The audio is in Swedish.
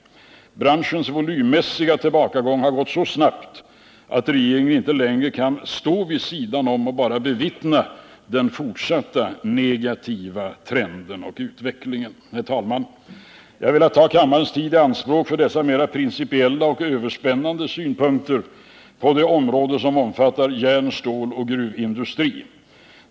Branschens volymmässiga tillbakagång har gått så snabbt att regeringen inte längre kan stå vid sidan om och bara bevittna en fortsatt negativ utveckling. Herr talman! Jag har velat ta kammarens tid i anspråk för dessa mera principiella och överspännande synpunkter på det område som omfattar järn-, ståloch gruvindustrin.